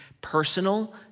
personal